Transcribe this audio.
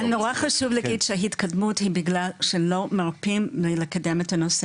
אבל נורא חשוב להגיד שההתקדמות היא בגלל שלא מרפים מלקדם את הנושא.